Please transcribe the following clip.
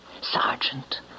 Sergeant